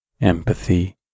empathy